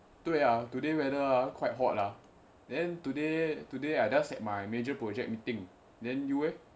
对呀 today weather ah quite hot ah then today today I just set my major project meeting then you eh